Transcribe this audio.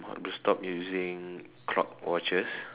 will stop using clock watches